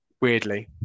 Weirdly